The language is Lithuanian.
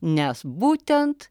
nes būtent